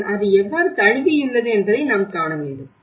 ஆனால் அது எவ்வாறு தழுவியுள்ளது என்பதை நாம் காண வேண்டும்